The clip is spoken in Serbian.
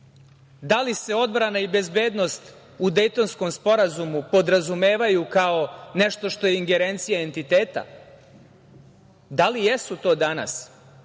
li se odbrana i bezbednost u Dejtonskom sporazumu podrazumevaju kao nešto što je ingerencija entiteta? Da li jesu to danas?